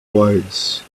twice